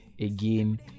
again